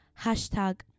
hashtag